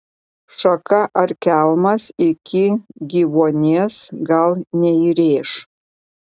šaka ar kelmas iki gyvuonies gal neįrėš